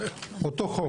אותו חום.